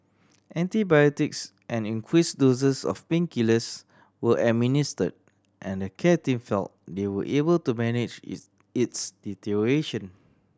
antibiotics and increase doses of painkillers were administer and the care team feel they were able to manage its its deterioration